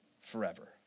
forever